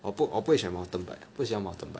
我不我不会选 mountain bike 的我不喜欢 mountain bike